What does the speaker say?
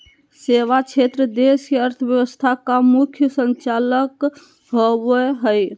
सेवा क्षेत्र देश के अर्थव्यवस्था का मुख्य संचालक होवे हइ